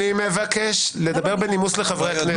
אני מבקש לדבר בנימוס לחברי הכנסת.